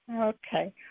Okay